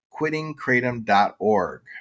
quittingkratom.org